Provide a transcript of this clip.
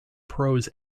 pros